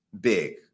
big